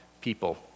people